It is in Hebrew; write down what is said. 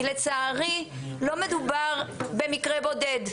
כי לצערי לא מדובר במקרה בודד,